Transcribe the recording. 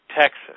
Texas